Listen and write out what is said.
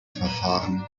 verfahren